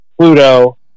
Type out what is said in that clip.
Pluto